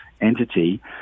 entity